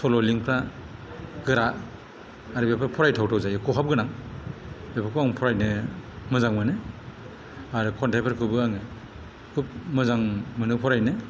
सल'लिंफ्रा गोरा आरो फरायथावथाव खहाब गोनां बेफोरखौ आं फरायनो मोजां मोनो आरो खन्थाइफोरखौबो आङो खुब मोजां मोनो फरायनो